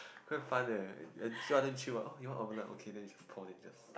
quite fun eh job damn chill what oh you want omelette okay then you just pour then just